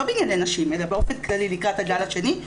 לא בענייני נשים אלא באופן כללי לקראת הגל השני,